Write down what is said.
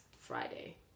Friday